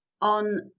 on